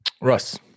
Russ